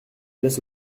laisse